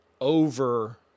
over